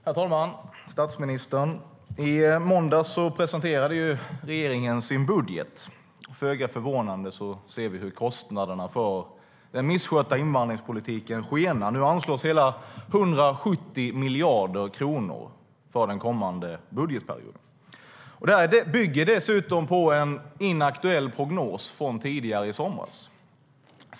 Herr talman! Statsministern! I måndags presenterade regeringen sin budget. Föga förvånande ser vi hur kostnaderna för den misskötta invandringspolitiken skenar. Nu anslås hela 170 miljarder kronor för den kommande budgetperioden. Detta bygger dessutom på en inaktuell prognos från tidigare i somras.